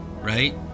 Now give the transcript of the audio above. right